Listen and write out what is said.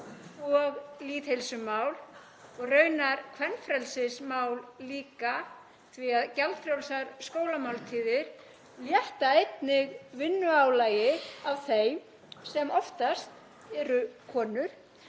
og lýðheilsumál og raunar kvenfrelsismál líka því að gjaldfrjálsar skólamáltíðir létta einnig vinnuálagi af þeim, sem oftast eru konur,